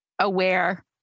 aware